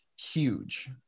huge